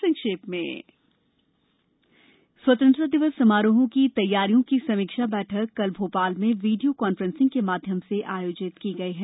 संक्षिप्त समाचार स्वतंत्रता दिवस समारोह की तैयारियों की समीक्षा बैठक कल भोपाल में वीडियो कांफ्रेंसिंग के माध्यम से आयोजित की गई है